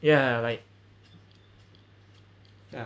yeah like yeah